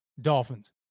Dolphins